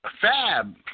Fab